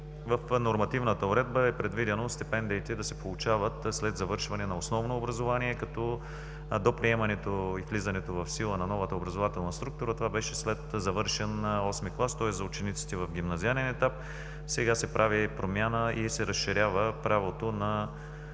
в нормативната уредба е предвидено стипендиите да се получават след завършване на основно образование, като до приемането и влизането в сила на новата образователна структура това беше след завършен VIII клас, тоест за учениците в гимназиален етап. Сега се прави промяна и се разширява правото на